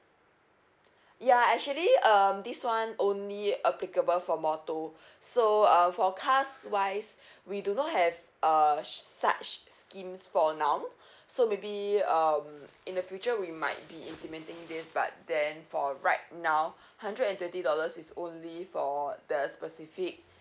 ya actually um this one only applicable for motor so uh for cars wise we do not have uh such schemes for now so maybe um in the future we might be implementing this but then for right now hundred and twenty dollars is only for the specific